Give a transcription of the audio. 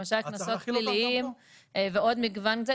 למשל קנסות פליליים ועוד מגוון.